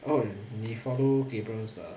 oh 你 follow gabriel's uh